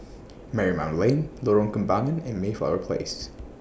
Marymount Lane Lorong Kembagan and Mayflower Place